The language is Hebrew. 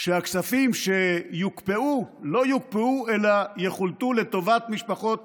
שהכספים שיוקפאו לא יוקפאו אלא יחולטו לטובת משפחות